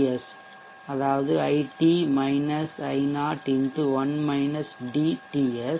S அதாவது IT - I0 X TS